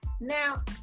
now